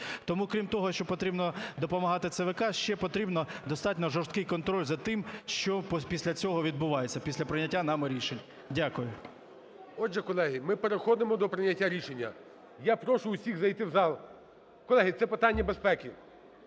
Тому крім того, що потрібно допомагати ЦВК, ще потрібно достатньо жорсткий контроль за тим, що після цього відбувається, після прийняття нами рішень. Дякую. ГОЛОВУЮЧИЙ. Отже, колеги, ми переходимо до прийняття рішення. Я прошу всіх зайти в зал. Колеги, це питання безпеки.